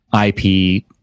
IP